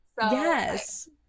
yes